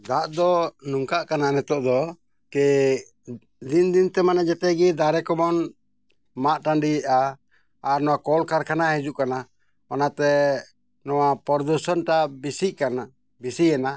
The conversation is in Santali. ᱫᱟᱜ ᱫᱚ ᱱᱚᱝᱠᱟᱜ ᱠᱟᱱᱟ ᱱᱤᱛᱳᱜ ᱫᱚ ᱠᱤ ᱫᱤᱱ ᱫᱤᱱᱛᱮ ᱢᱟᱱᱮ ᱡᱟᱛᱮᱜᱮ ᱫᱟᱨᱮ ᱠᱚᱵᱚᱱ ᱢᱟᱜ ᱴᱟᱺᱰᱤᱭᱮᱫᱟ ᱟᱨ ᱱᱚᱣᱟ ᱠᱚᱞ ᱠᱟᱨᱠᱷᱟᱱᱟ ᱦᱤᱡᱩᱜ ᱠᱟᱱᱟ ᱚᱱᱟᱛᱮ ᱱᱚᱣᱟ ᱯᱚᱨᱫᱩᱥᱚᱱ ᱴᱟᱜ ᱵᱮᱥᱤᱜ ᱠᱟᱱᱟ ᱵᱤᱥᱤᱭᱮᱱᱟ